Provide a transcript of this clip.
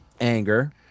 Anger